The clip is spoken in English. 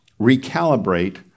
recalibrate